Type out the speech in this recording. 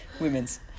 Women's